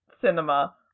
cinema